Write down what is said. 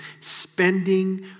spending